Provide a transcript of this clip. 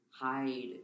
hide